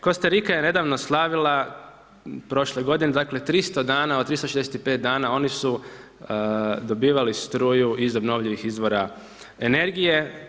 Kostarika je nedavno slavila prošle godine, dakle 300 dana od 365 dana oni su dobivali struju iz obnovljivih izvora energije.